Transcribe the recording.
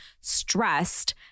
stressed